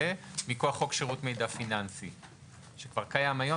מכוח חוק שירות מידע פיננסי שכבר קיים היום,